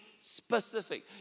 specific